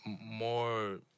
more